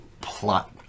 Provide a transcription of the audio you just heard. plot